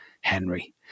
Henry